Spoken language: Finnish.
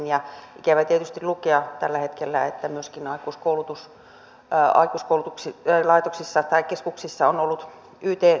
on ikävä tietysti lukea tällä hetkellä että myöskin aikuskoulutus ja aikuiskoulutuksen laitoksissa tai aikuiskoulutuskeskuksissa on ollut yt neuvotteluja